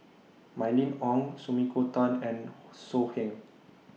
Mylene Ong Sumiko Tan and So Heng